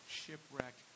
shipwreck